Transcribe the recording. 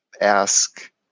ask